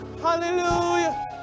Hallelujah